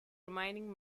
remaining